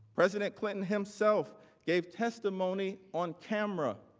president clinton himself gave testimony on camera